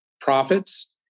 profits